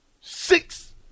Six